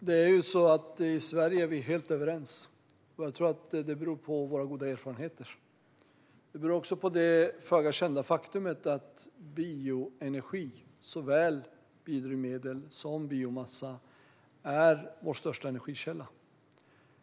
Fru talman! I Sverige är vi helt överens. Det beror på våra goda erfarenheter. Det beror också på det föga kända faktumet att bioenergi, såväl biodrivmedel som biomassa, är vår största energikälla.